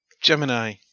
Gemini